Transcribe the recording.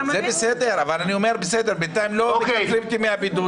זה בסדר, אבל בינתיים לא מקצרים את ימי הבידוד.